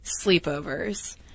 sleepovers